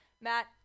Matt